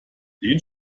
den